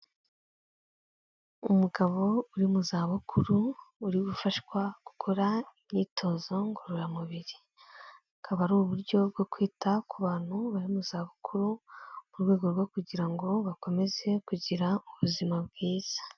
Umugabo uri mu za bukuru uri gufashwa gukora imyitozo ngororamubiri, akaba ari uburyo bwo kwita ku bantu bari mu za bukuru mu rwego rwo kugira ngo bakomeze kugira ubuzima bwiza.